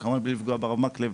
כמובן בלי לפגוע ברב מקלב,